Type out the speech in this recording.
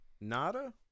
Nada